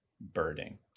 birding